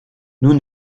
nous